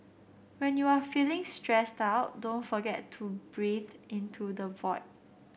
when you are feeling stressed out don't forget to breathe into the void